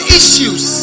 issues